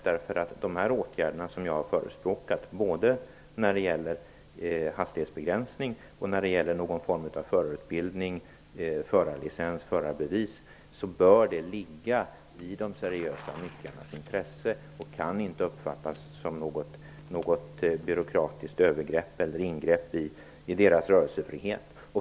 De åtgärder som jag har förespråkat både när det gäller hastighetsbegränsning och någon form av förarutbildning och förarbevis bör ligga i de seriösa brukarnas intresse. Det kan inte uppfattas som något byråkratiskt övergrepp eller ingrepp i deras rörelsefrihet.